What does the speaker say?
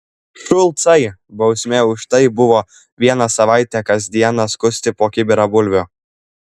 šulcai bausmė už tai buvo vieną savaitę kas dieną skusti po kibirą bulvių